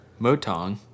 Motong